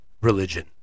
religion